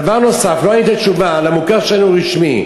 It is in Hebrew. דבר נוסף, לא הייתה תשובה על המוכר שאינו רשמי.